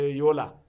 yola